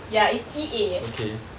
ya it's E_A